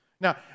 Now